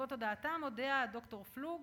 בעקבות הודעתם הודיעה הד"ר פלוג,